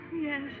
Yes